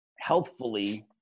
healthfully